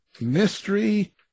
mystery